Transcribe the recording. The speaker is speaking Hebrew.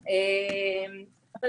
לחלוטין.